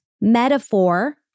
metaphor